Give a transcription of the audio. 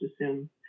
assume